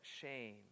shame